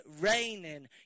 raining